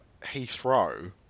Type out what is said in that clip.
Heathrow